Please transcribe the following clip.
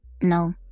no